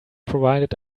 provided